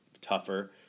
tougher